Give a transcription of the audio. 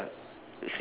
ah ya